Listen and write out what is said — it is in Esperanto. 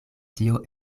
tio